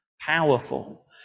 Powerful